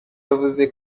yavuze